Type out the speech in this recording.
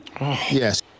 Yes